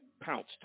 pounced